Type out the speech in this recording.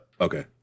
Okay